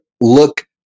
look